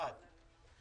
אחד,